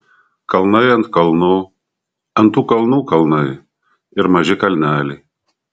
kalnai ant kalnų ant tų kalnų kalnai ir maži kalneliai